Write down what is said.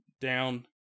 down